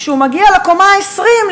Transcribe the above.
כשהוא מגיע לקומה ה-20,